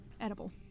Edible